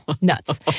nuts